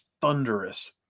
thunderous